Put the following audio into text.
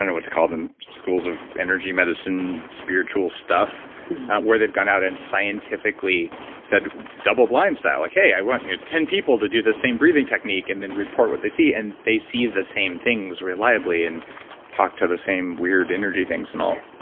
what to call them schools of energy medicine spiritual stuff where they've gone out and scientifically said double-blind style, okay, i want ten people to do the same breathing technique and then report what they see. they see the same things reliably and talk to the same weird energy things and all,